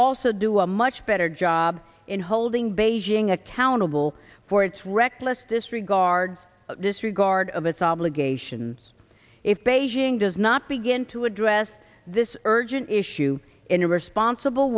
also do a much better job in holding beijing accountable for its reckless disregard disregard of its obligations if beijing does not begin to address this urgent issue in a verse sponsible